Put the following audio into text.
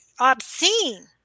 obscene